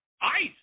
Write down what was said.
ice